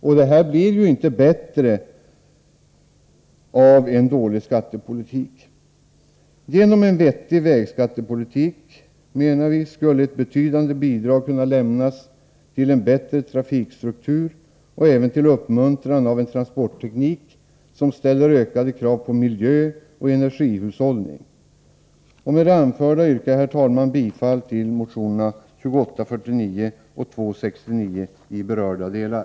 Och förhållandena blir inte bättre av en dålig skattepolitik. Genom en vettig vägskattepolitik skulle, menar vi, ett betydande bidrag kunna lämnas till en bättre trafikstruktur och även till uppmuntran av en transportteknik, som ställer ökade krav på miljöoch energihushållning. Med det anförda yrkar jag, herr talman, bifall till motionerna 2849 och 269 i berörda delar.